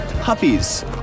puppies